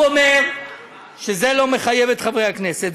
הוא אומר שזה לא מחייב את חברי הכנסת,